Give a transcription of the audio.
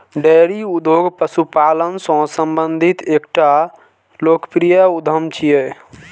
dairy उद्योग पशुपालन सं संबंधित एकटा लोकप्रिय उद्यम छियै